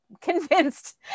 convinced